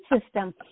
system